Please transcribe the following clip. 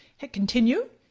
hit continue.